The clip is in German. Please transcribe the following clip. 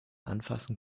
anfassen